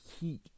heat